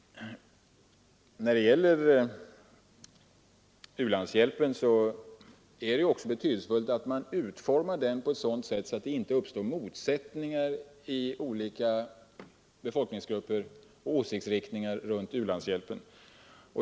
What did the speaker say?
När det gäller u-landshjälpen är det ju också betydelsefullt att man utformar den på ett sådant sätt att det inte uppstår motsättningar mellan olika befolkningsgrupper och åsiktsgrupper.